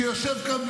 שיושב כאן,